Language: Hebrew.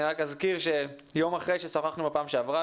אני רק אזכור שיום אחרי ששוחחנו בפעם שעברה,